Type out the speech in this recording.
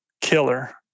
killer